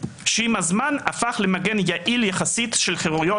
שעם הזמן הפך למגן יעיל יחסית של חרויות